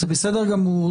זה בסדר גמור.